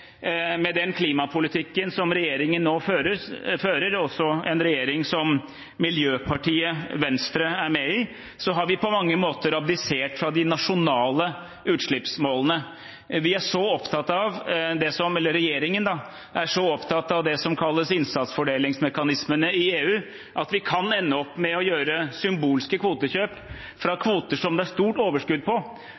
med den klimapolitikken som regjeringen nå fører – en regjering som også miljøpartiet Venstre er med i – har vi på mange måter abdisert fra de nasjonale utslippsmålene. Regjeringen er så opptatt av det som kalles innsatsfordelingsmekanismene i EU, at vi kan ende opp med å gjøre symbolske